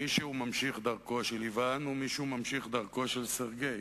מישהו ממשיך דרכו של איוון ומישהו ממשיך דרכו של סרגיי,